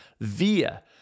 via